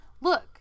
look